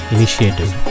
Initiative